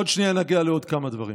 עוד שנייה נגיע לעוד כמה דברים.